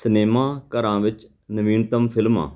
ਸਿਨੇਮਾਘਰਾਂ ਵਿੱਚ ਨਵੀਨਤਮ ਫਿਲਮਾਂ